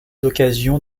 occasions